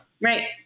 Right